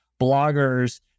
bloggers